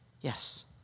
Yes